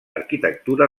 arquitectura